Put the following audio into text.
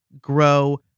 grow